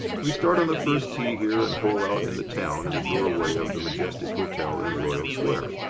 we start on the first tee here and hole out in the town in the doorway of the majestic hotel in royal square.